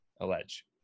allege